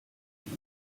sie